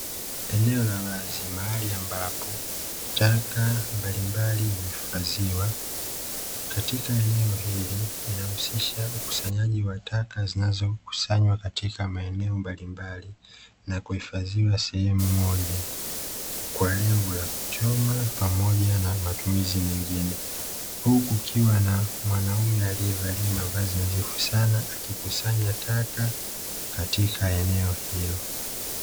Eneo la wazi mahali ambapo taka mbalimbali huhifadhiwa. Katika eneo hili inahusisha ukusanyaji wa taka zinazokusanywa katika maeneo mbalimbali na kuhifadhiwa sehemu moja kwa lengo la kuchoma pamoja na matumizi mengine. Hukukukiwa na mwanaume aliyevalia mavazi nadhifu sana akikusanya taka katika eneo hilo.